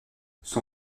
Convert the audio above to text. son